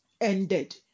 ended